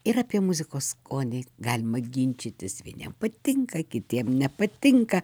ir apie muzikos skonį galima ginčytis vieniem patinka kitiem nepatinka